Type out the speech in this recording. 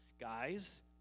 Guys